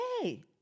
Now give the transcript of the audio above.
hey